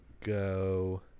go